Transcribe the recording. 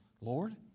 Lord